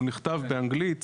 הוא נכתב באנגלית,